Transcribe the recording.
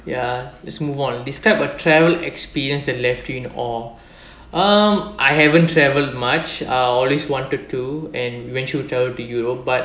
ya let's move on describe a travel experience that left you in awe um I haven't travelled much I always wanted to and travel to europe